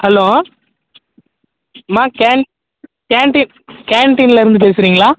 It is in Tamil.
ஹலோ மா கேன் கேன்டீன் கேன்டீன்லேருந்து பேசுகிறீங்களா